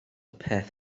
peth